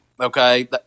Okay